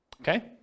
Okay